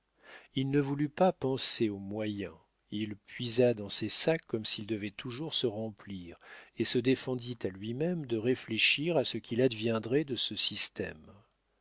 il ne voulut pas penser aux moyens il puisa dans ses sacs comme s'ils devaient toujours se remplir et se défendit à lui-même de réfléchir à ce qu'il adviendrait de ce système